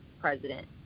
president